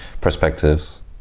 perspectives